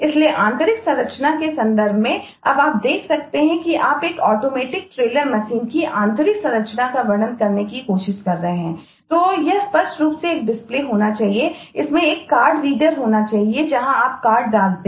इसलिए आंतरिक संरचना के संदर्भ में अब आप देख सकते हैं कि आप एक ऑटोमेटिक टेलर मशीन हो सके